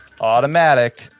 Automatic